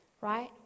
right